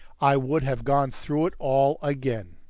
i would have gone through it all again!